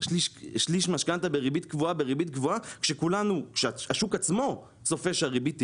שליש משכנתא בריבית קבועה בריבית גבוהה כשהשוק עצמו צופה שהריבית תרד.